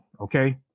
Okay